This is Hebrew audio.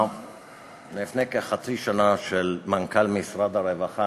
מלפני כחצי שנה של מנכ"ל משרד הרווחה,